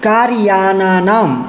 कार्यानानां